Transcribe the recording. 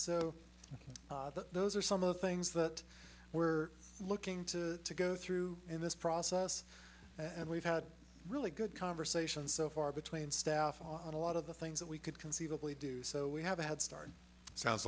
so those are some of the things that we're looking to go through in this process and we've had really good conversations so far between staff on a lot of the things that we could conceivably do so we have a head start sounds